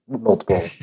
multiple